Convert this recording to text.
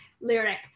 lyric